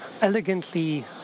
elegantly